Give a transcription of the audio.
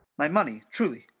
my money truly.